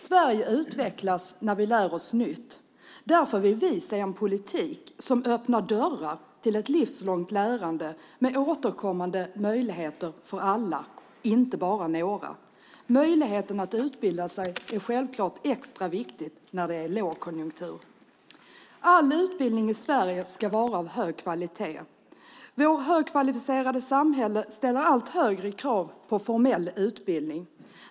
Sverige utvecklas när vi lär oss nytt. Därför vill vi se en politik som öppnar dörrar till ett livslångt lärande med återkommande möjligheter för alla, inte bara några. Möjligheten att utbilda sig är självklart extra viktig när det är lågkonjunktur. All utbildning i Sverige ska vara av hög kvalitet. Vårt högkvalificerade samhälle ställer allt högre krav på formell utbildning.